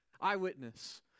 Eyewitness